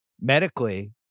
medically